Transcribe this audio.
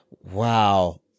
Wow